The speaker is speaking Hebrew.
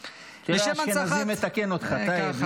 אשכנזי מתקן אותך, טייב.